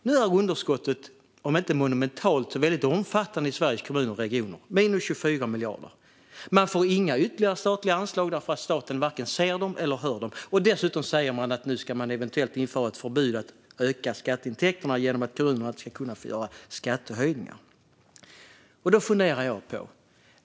Nu är underskottet om inte monumentalt så ändå omfattande i Sveriges kommuner och regioner, nämligen minus 24 miljarder. De får inga ytterligare statliga anslag därför att staten varken ser dem eller hör dem. Dessutom säger man att det eventuellt ska införas ett förbud mot att öka skatteintäkterna genom att kommunerna inte kan göra skattehöjningar.